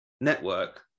network